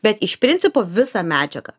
bet iš principo visą medžiagą